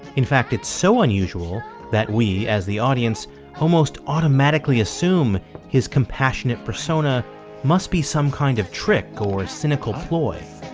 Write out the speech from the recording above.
in fact, it's so unusual that we as the audience almost automatically assume his compassionate persona must be some kind of trick or a cynical ploy